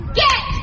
get